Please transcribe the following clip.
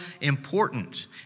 important